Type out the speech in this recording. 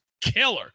Killer